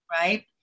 Right